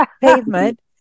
pavement